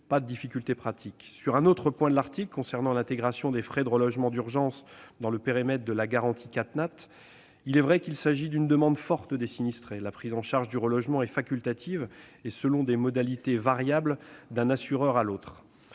aucune difficulté pratique. Sur un autre point de l'article concernant l'intégration des frais de relogement d'urgence dans le périmètre de la garantie CatNat, il est vrai qu'il s'agit d'une demande forte des sinistrés, car la prise en charge du relogement est facultative et effectuée selon des modalités variables d'un assureur à l'autre.